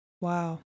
Wow